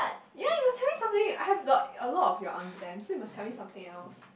ya you must tell me something I have lot a lot of your unglam so must tell me something else